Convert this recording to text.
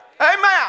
Amen